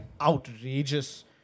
outrageous